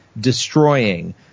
destroying